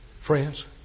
friends